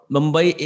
Mumbai